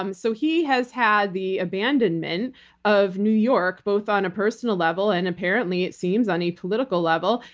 um so he has had the abandonment of new york, both on a personal level and, apparently it seems, on a political level,